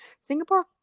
Singapore